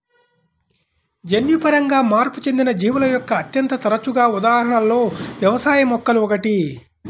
జన్యుపరంగా మార్పు చెందిన జీవుల యొక్క అత్యంత తరచుగా ఉదాహరణలలో వ్యవసాయ మొక్కలు ఒకటి